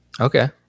Okay